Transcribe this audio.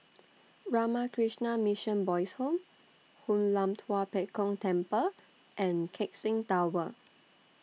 Ramakrishna Mission Boys' Home Hoon Lam Tua Pek Kong Temple and Keck Seng Tower